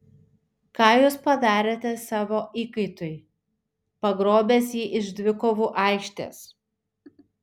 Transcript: ką jūs padarėte savo įkaitui pagrobęs jį iš dvikovų aikštės